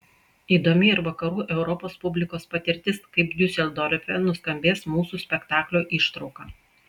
įdomi ir vakarų europos publikos patirtis kaip diuseldorfe nuskambės mūsų spektaklio ištrauka